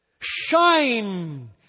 Shine